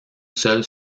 seule